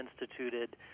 instituted